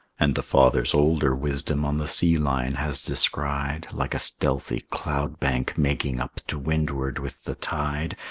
and the father's older wisdom on the sea-line has descried, like a stealthy cloud-bank making up to windward with the tide,